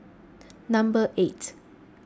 number eight